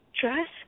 dress